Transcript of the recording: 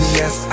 yes